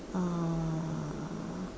uh